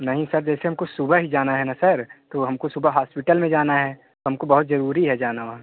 नहीं सर जैसे हमको सुबह ही जाना है ना सर तो हम को सुबह हॉस्पिटल भी जाना हमको बहुत ज़रूरी है जाना वहाँ